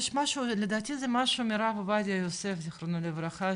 יש משהו מהרב עובדיה יוסף זכרונו לברכה,